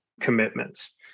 commitments –